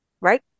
Right